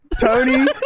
Tony